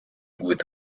with